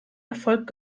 erfolg